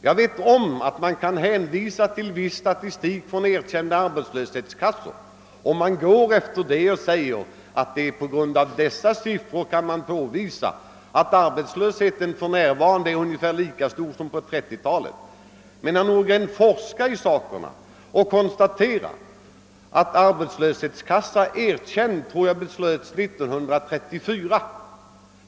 Jag vet att det kan hänvisas till statistik från erkända arbetslöshetskassor och att man säger sig på grundval av dessa siffror kunna påvisa, att arbetslösheten för närvarande är ungefär lika stor som på 1930-talet. Men, herr Nordgren, forska i saken och ni kan konstatera, att erkänd arbetslöshetskassa beslöts 1934 — jag tror det var det året.